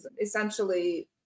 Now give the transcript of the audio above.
essentially